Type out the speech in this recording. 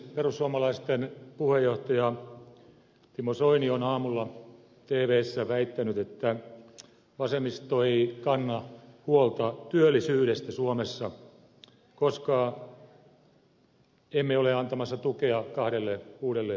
perussuomalaisten puheenjohtaja timo soini on aamulla tvssä väittänyt että vasemmisto ei kanna huolta työllisyydestä suomessa koska emme ole antamassa tukea kahdelle uudelle ydinvoimalalle